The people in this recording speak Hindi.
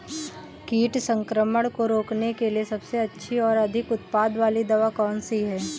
कीट संक्रमण को रोकने के लिए सबसे अच्छी और अधिक उत्पाद वाली दवा कौन सी है?